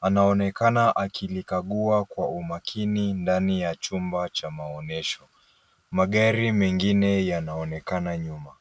Anaonekana akilikagua kwa umakini ndani ya chumba cha maonyesho. Magari mengine yanaonekana nyuma.